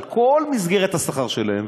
על כל מסגרת השכר שלהם,